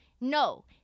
No